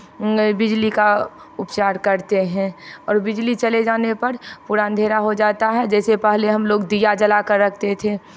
बिजली का उपचार करते हैं और बिजली चले जाने पर पूरा अंधेरा हो जाता है जैसे पहले हम लोग दिया जलाकर रखते थे